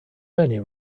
many